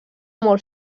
molt